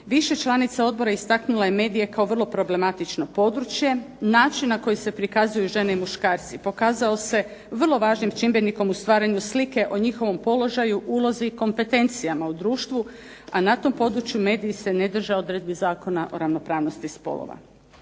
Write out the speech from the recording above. Više članica odbora istaknula je medije kao vrlo problematično područje. Način na koji se prikazuju žene i muškarci pokazao se vrlo važnim čimbenikom u stvaranju slike o njihovom položaju, ulozi, kompetencijama u društvu, a na tom području mediji se ne drže odredbi Zakona o ravnopravnosti spolova.